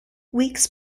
weeks